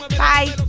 bye